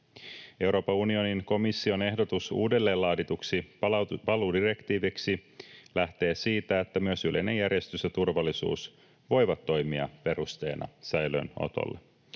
Euroopan unionin komission ehdotus uudelleen laadituksi paluudirektiiviksi lähtee siitä, että myös yleinen järjestys ja turvallisuus voivat toimia perusteena säilöönotolle.